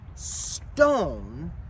stone